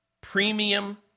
premium